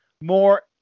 more